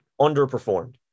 underperformed